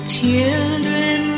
children